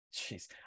Jeez